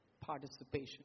participation